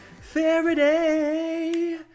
Faraday